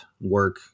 work